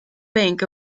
bank